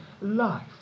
life